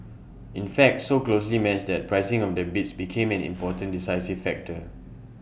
in fact so closely matched that pricing of the bids became an important decisive factor